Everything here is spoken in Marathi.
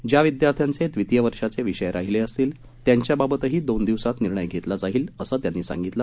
ज्या विद्यार्थ्यांचे द्वितीय वर्षाचे विषय राहिले असतील त्यांच्याबाबतही दोन दिवसात निर्णय घेतला जाईल असं त्यांनी सांगितलं